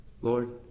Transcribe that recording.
Lord